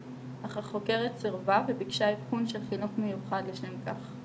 אך החוקרת סרבה וביקשה אבחון של חינוך מיוחד לשם כך,